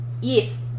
Yes